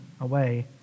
away